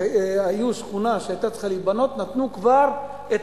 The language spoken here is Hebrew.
כששכונה היתה צריכה להיבנות נתנו כבר את